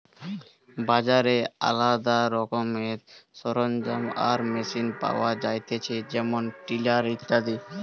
বাজারে আলদা রকমের সরঞ্জাম আর মেশিন পাওয়া যায়তিছে যেমন টিলার ইত্যাদি